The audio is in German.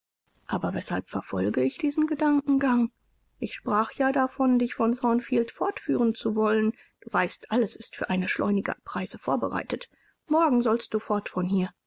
aber weshalb verfolge ich diesen gedankengang ich sprach ja davon dich von thornfield fortführen zu wollen du weißt alles ist für eine schleunige abreise vorbereitet morgen sollst du fort von hier